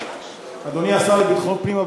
אדוני השר לביטחון פנים,